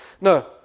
No